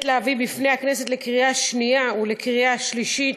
להכנה לקריאה שנייה ושלישית.